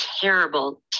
terrible